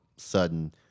sudden